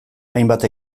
hainbat